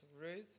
Ruth